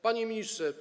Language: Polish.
Panie Ministrze!